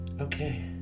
Okay